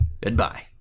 Goodbye